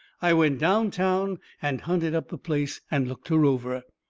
i went down town and hunted up the place and looked her over.